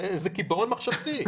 זה קיבעון מחשבתי.